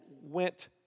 went